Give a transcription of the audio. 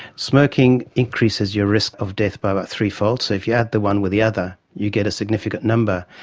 smoking increases your risk of death by about three-fold. so if you add the one with the other you get a significant number.